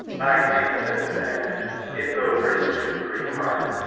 ay tank, said sven anderssen, it blow purty soon purty hard,